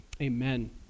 amen